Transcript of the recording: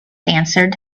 answered